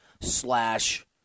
slash